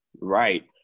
Right